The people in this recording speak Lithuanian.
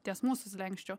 ties mūsų slenksčiu